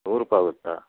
ನೂರು ರೂಪಾಯಿ ಆಗುತ್ತಾ